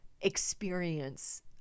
experience